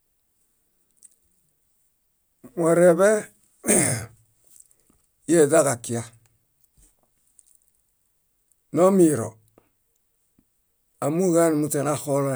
. Moreḃe, ieźaġakia. Nomiro, ámooġoġaun muśe naxolo